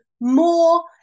more